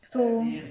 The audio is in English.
so